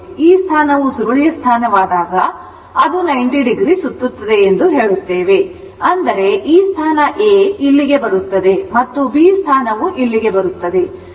ಈ ಸ್ಥಾನವು ಸುರುಳಿಯ ಸ್ಥಾನವಾದಾಗ ಅದು 90 ಡಿಗ್ರಿ ಸುತ್ತುತ್ತದೆ ಎಂದು ಹೇಳುತ್ತೇವೆ ಅಂದರೆ ಈ ಸ್ಥಾನ Aಇಲ್ಲಿಗೆ ಬರುತ್ತದೆ ಮತ್ತು B ಸ್ಥಾನವು ಇಲ್ಲಿಗೆ ಬರುತ್ತದೆ